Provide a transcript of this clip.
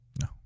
no